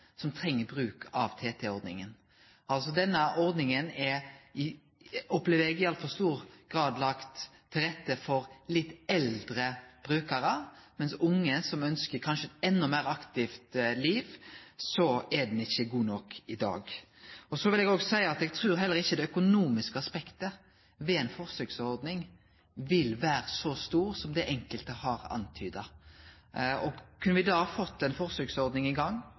som treng å bruke TT-ordninga, ikkje minst dei unge. Eg opplever at denne ordninga i altfor stor grad er lagd til rette for litt eldre brukarar, mens for unge, som kanskje ønskjer eit endå meir aktivt liv, er ho ikkje god nok i dag. Så vil eg òg seie at eg ikkje trur det økonomiske aspektet ved ei forsøksordning vil vere så stort som det enkelte har antyda. Og kunne me då fått i gang ei forsøksordning, eksempelvis i